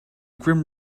grim